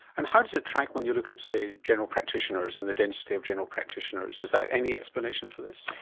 and how does it track when you look at, say, general practitioners and the density of general practitioners? is that any explanation for this?